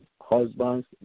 husbands